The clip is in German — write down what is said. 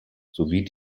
sowie